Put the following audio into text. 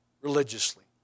religiously